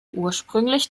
ursprünglich